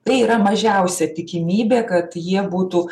tai yra mažiausia tikimybė kad jie būtų